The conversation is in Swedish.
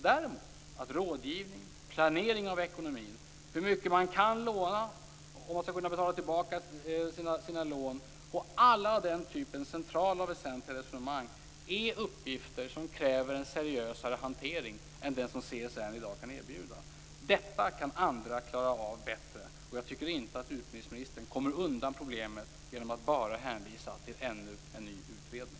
Däremot är rådgivning, planering av ekonomin, hur mycket man kan låna om man skall kunna betala tillbaka sina lån och alla centrala och väsentliga resonemang av den typen uppgifter som kräver en seriösare hantering än den som CSN i dag kan erbjuda. Detta kan andra klara av bättre. Jag tycker inte att utbildningsministern kommer undan problemet genom att bara hänvisa till ännu en ny utredning.